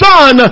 Son